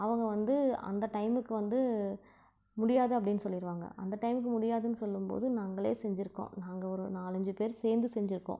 அவங்க வந்து அந்த டைமுக்கு வந்து முடியாது அப்படின்னு சொல்லிடுவாங்க அந்த டைமுக்கு முடியாதுன்னு சொல்லும்போது நாங்களே செஞ்சுருக்கோம் நாங்கள் ஒரு நாலஞ்சு பேர் சேர்ந்து செஞ்சுருக்கோம்